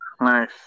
Nice